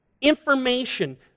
Information